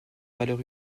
valeur